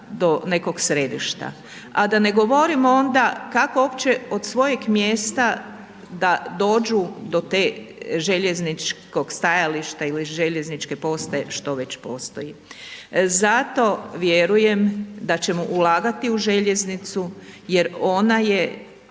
do nekog središta, a da ne govorimo onda kako opće od svojeg mjesta da dođu do te, željezničkog stajališta ili željezničke postaje, što već postoji. Zato vjerujem da ćemo ulagati u željeznicu jer ona je